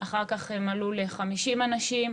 אחר כך הם עלו ל-50 אנשים,